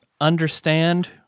understand